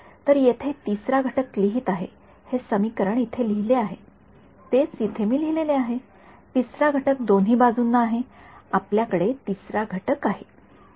तर येथे तिसरा घटक लिहित आहे हे समीकरण इथे लिहिले आहे तेच येथे मी लिहिलेले आहे तिसरा घटक दोन्ही बाजूना आहे आपल्याकडे तिसरा घटक आहे